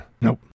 Nope